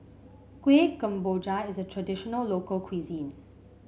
Kuih Kemboja is a traditional local cuisine